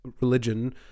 religion